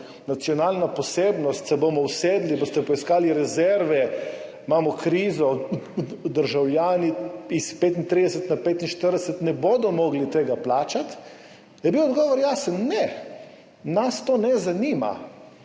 nacionalna posebnost, se bomo usedli, boste poiskali rezerve, imamo krizo, državljani s 35 na 45 ne bodo mogli tega plačati, je bil odgovor jasen: ne, nas to ne zanima,